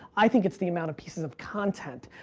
i think it's the amount of pieces of content.